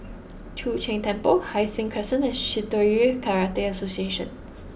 Chu Sheng Temple Hai Sing Crescent and Shitoryu Karate Association